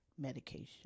medication